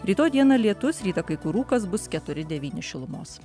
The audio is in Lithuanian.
rytoj dieną lietus rytą kai kur rūkas bus keturi devyni šilumos